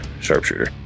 sharpshooter